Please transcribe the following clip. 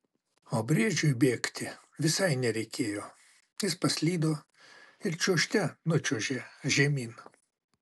o briedžiui bėgti visai nereikėjo jis paslydo ir čiuožte nučiuožė žemyn